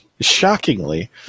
Shockingly